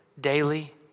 daily